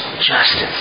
Justice